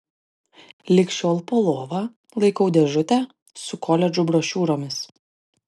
lig šiol po lova laikau dėžutę su koledžų brošiūromis